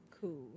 cool